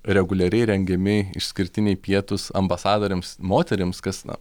reguliariai rengiami išskirtiniai pietūs ambasadorėms moterims kas na